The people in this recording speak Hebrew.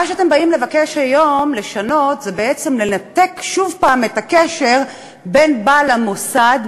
מה שאתם באים לבקש היום לשנות זה בעצם לנתק שוב את הקשר בין בעל המוסד,